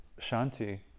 Shanti